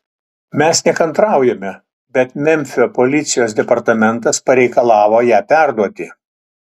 mes nekantraujame bet memfio policijos departamentas pareikalavo ją perduoti